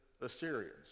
Assyrians